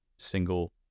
Single